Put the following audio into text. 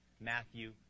Matthew